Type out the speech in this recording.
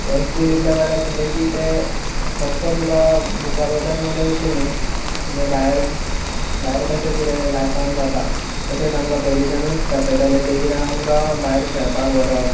हे स्कूल इतले बरें आशिल्ले की ते फक्त बुका बद्दल क्नोलेद्ज अशी न्ही म्हणजे भायर भायर कशें कितें लायफान जाता तशेंच आमकां पयलींच्यानूच दाखयताले ते आमकां कित्याक भायर खेळपाक व्हरप